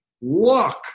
look